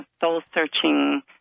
soul-searching